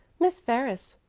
miss ferris.